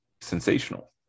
sensational